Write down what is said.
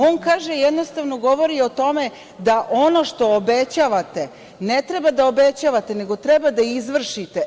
On kaže, jednostavno govori o tome da ono što obećavate, ne treba da obećavate, nego treba da izvršite.